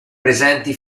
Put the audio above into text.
presenti